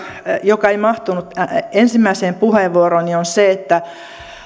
joka ei mahtunut ensimmäiseen puheenvuorooni on se että